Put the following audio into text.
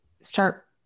start